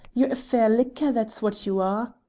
you're a fair licker, that's what you are.